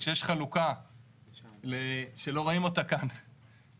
כשיש חלוקה שלא רואים אותה כאן,